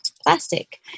plastic